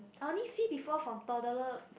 I only see before from toddler